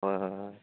হয় হয় হয়